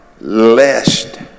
lest